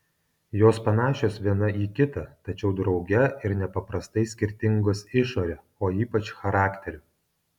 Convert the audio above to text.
jos panašios viena į kitą tačiau drauge ir nepaprastai skirtingos išore o ypač charakteriu